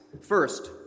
First